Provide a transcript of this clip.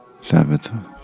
Sabotage